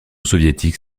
soviétique